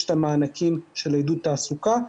יש את המענקים של עידוד התעסוקה,